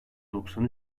doksan